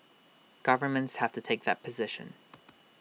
governments have to take that position